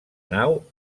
nau